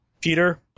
Peter